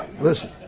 listen